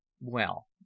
Well